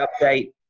update